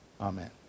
Amen